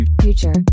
future